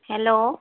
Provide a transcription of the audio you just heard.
hello